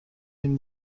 این